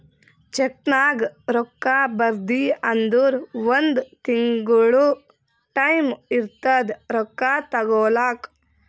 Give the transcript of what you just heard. ಚೆಕ್ನಾಗ್ ರೊಕ್ಕಾ ಬರ್ದಿ ಅಂದುರ್ ಒಂದ್ ತಿಂಗುಳ ಟೈಂ ಇರ್ತುದ್ ರೊಕ್ಕಾ ತಗೋಲಾಕ